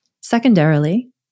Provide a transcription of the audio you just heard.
Secondarily